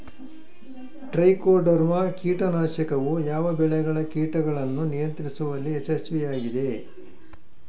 Trichoderma ಕೇಟನಾಶಕವು ಯಾವ ಬೆಳೆಗಳ ಕೇಟಗಳನ್ನು ನಿಯಂತ್ರಿಸುವಲ್ಲಿ ಯಶಸ್ವಿಯಾಗಿದೆ?